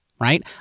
Right